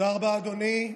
תודה רבה, אדוני.